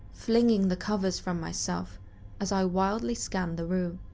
flinging the covers from myself as i wildly scanned the room.